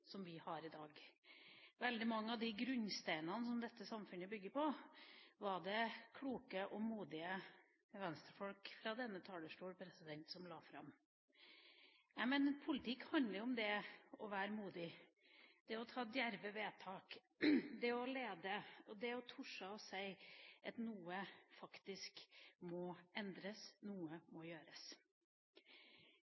i dag. Veldig mange av grunnsteinene dette samfunnet bygger på, var det kloke og modige venstrefolk som la fram fra denne talerstol. Jeg mener politikk handler om det å være modig, det å gjøre djerve vedtak, det å lede og det å tørre å si at noe faktisk må endres, at noe må